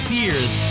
years